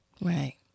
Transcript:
Right